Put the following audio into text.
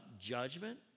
judgment